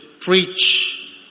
preach